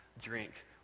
drink